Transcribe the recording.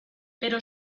pero